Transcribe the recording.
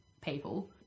people